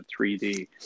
3D